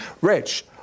Rich